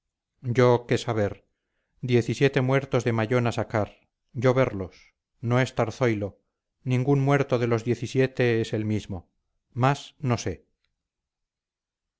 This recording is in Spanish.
yo qué saber diez y siete muertos de mallona sacar yo verlos no estar zoilo ningún muerto de los diez y siete es él mismo más no sé